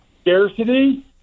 scarcity